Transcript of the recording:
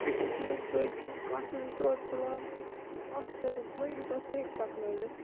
تِتی تُلنۍ پٔتۍ کِنۍ کانٛہہ چھُ زٕ ژور تُلان اَکھ چھُ آسان تُلٕنۍ یوٗتاہ سُہ ہیٚکہِ پکنٲوِتھ